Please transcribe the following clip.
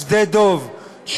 שדה-דב,